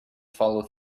follow